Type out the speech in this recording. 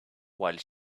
while